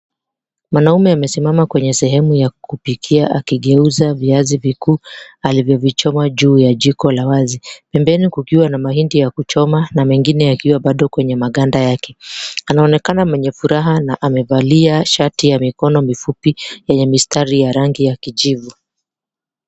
Mwanamume amesimama kwenye sehemu ya kupikia akigeuza viazi vikuu alivyovichoma juu ya jiko la wazi. Pembeni kukiwa na mahindi ya kuchoma na mengine yakiwa bado kwenye maganda yake. Anaonekana mwenye furaha na amevalia shati ya mikono mifupi yenye mistari ya rangi ya kijivu.